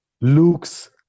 Luke's